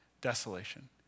desolation